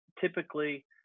Typically